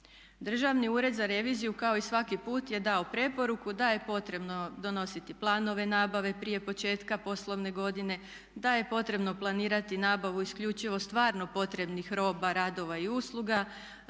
Državni ured za reviziju kao i svaki put je dao preporuku da je potrebno donositi planove nabave prije početka poslovne godine, da je potrebno planirati nabavu isključivo stvarno potrebnih roba, radova i usluga,